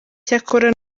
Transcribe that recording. cyakora